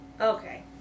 Okay